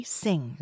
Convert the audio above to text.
sing